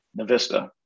Navista